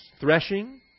threshing